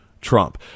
Trump